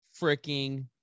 freaking